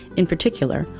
in particular,